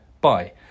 bye